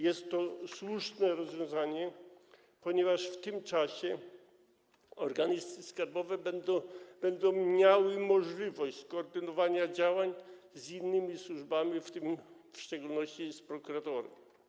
Jest to słuszne rozwiązanie, ponieważ w tym czasie organy skarbowe będą miały możliwość skoordynowania działań z innymi służbami, w tym w szczególności z prokuratorem.